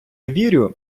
вірю